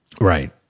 right